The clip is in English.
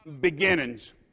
beginnings